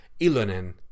Ilonen